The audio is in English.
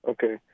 Okay